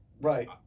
Right